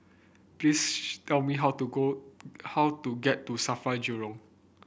please tell me how to go how to get to Safra Jurong